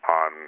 on